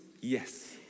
yes